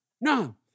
No